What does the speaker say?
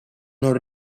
non